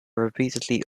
repeatedly